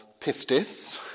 Pistis